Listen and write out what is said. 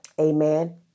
Amen